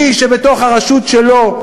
מי שבתוך הרשות שלו,